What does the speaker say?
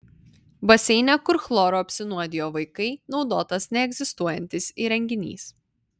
baseine kur chloru apsinuodijo vaikai naudotas neegzistuojantis įrenginys